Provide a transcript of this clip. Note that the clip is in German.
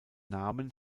namen